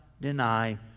deny